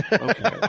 okay